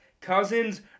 cousins